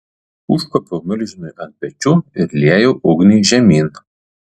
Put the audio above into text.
užkopiau milžinui ant pečių ir liejau ugnį žemyn